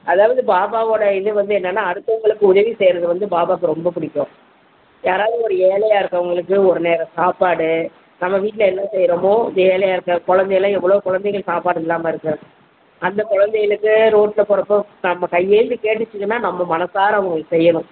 அதாவது பாபாவோடய இது வந்து என்னென்ன்னா அடுத்தவங்களுக்கு உதவி செய்கிறது வந்து பாபாக்கு ரொம்ப பிடிக்கும் யாராவது ஒரு ஏழையாக இருக்கறவங்களுக்கு ஒரு நேரம் சாப்பாடு நம்ம வீட்டில் என்ன செய்கிறோமோ ஏழையாக இருக்கற குழந்தைல்லாம் எவ்வளோ குழந்தைகள் சாப்பாடு இல்லாமல் இருக்குது அந்த குழந்தைகளுக்கு ரோட்டில் போகிறப்ப நம்ம கையேந்தி கேட்டுச்சுன்னா நம்ம மனசார அவங்களுக்கு செய்யணும்